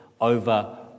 over